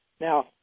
Now